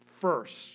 first